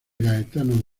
gaetano